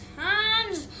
hands